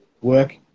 work